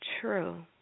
True